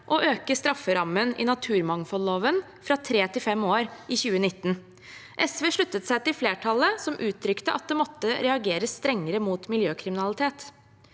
å øke strafferammen i naturmangfoldloven fra tre år til fem år i 2019. SV sluttet seg til flertallet som uttrykte at det måtte reageres strengere mot miljøkriminalitet.